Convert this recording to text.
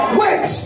wait